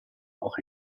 auch